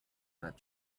that